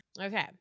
okay